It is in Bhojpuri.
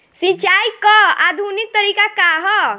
सिंचाई क आधुनिक तरीका का ह?